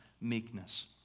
meekness